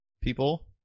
people